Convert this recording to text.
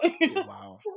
wow